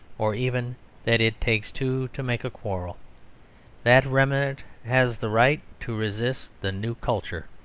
or even that it takes two to make a quarrel that remnant has the right to resist the new culture,